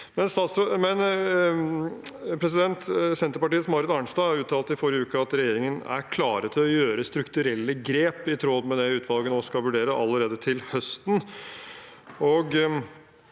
Senterpartiets Marit Arnstad uttalte i forrige uke at regjeringen er klar til å gjøre strukturelle grep i tråd med det utvalget nå skal vurdere, allerede til høsten.